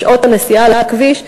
בשעות הנסיעה על הכביש,